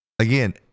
Again